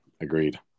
agreed